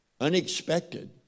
unexpected